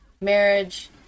marriage